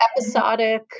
episodic